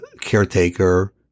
caretaker